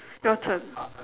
your turn